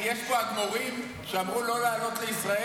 יש פה אדמו"רים שאמרו לא לעלות לישראל,